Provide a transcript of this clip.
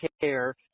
care